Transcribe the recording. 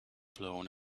blown